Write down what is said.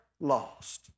lost